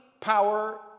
power